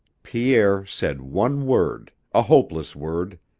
pierre said one word, a hopeless word.